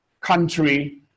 country